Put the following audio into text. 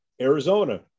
arizona